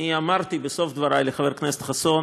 אני אמרתי בסוף דברי לחבר הכנסת חסון